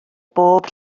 bob